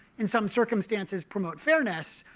in some circumstances, promote fairness.